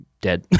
dead